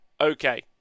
Okay